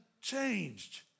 changed